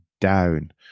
down